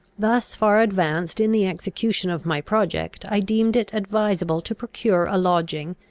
thus far advanced in the execution of my project. i deemed it advisable to procure a lodging,